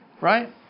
right